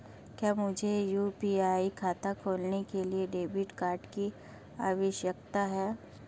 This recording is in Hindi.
क्या मुझे यू.पी.आई खाता खोलने के लिए डेबिट कार्ड की आवश्यकता है?